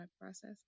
process